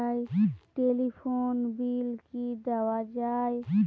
Telephone bill কি দেওয়া যায়?